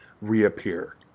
reappear